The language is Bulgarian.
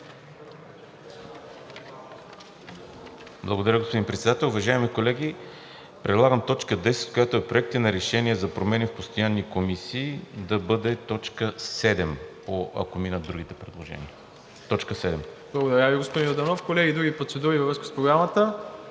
Благодаря, господин Председател. Уважаеми колеги, предлагам т. 10, която е „Проекти на решения за промени в постоянни комисии“, да бъде т. 7, ако минат другите предложения. ПРЕДСЕДАТЕЛ МИРОСЛАВ ИВАНОВ: Благодаря Ви, господин Йорданов. Колеги, други процедури във връзка с Програмата,